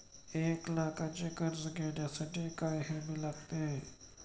एक लाखाचे कर्ज घेण्यासाठी काय हमी लागते?